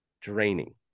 draining